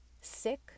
sick